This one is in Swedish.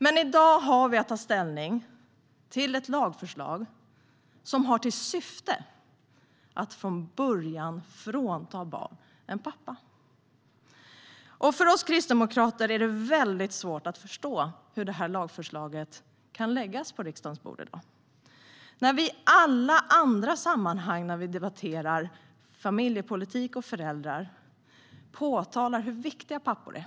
Men i dag har vi att ta ställning till ett lagförslag som har till syfte att från början frånta barn en pappa. För oss kristdemokrater är det mycket svårt att förstå hur detta lagförslag kan läggas på riksdagens bord i dag när vi i alla andra sammanhang när vi debatterar familjepolitik och föräldrar talar om hur viktiga pappor är.